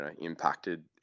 impacted